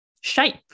shape